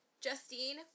Justine